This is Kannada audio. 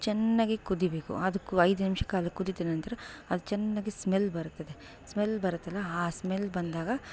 ಚೆನ್ನಾಗಿ ಕುದಿಬೇಕು ಅದು ಐದು ನಿಮಿಷ ಕಾಲ ಕುದಿದ ನಂತರ ಅದು ಚೆನ್ನಾಗಿ ಸ್ಮೆಲ್ ಬರುತ್ತದೆ ಸ್ಮೆಲ್ ಬರತ್ತಲ್ಲ ಆ ಸ್ಮೆಲ್ ಬಂದಾಗ